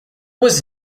was